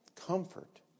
Comfort